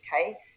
okay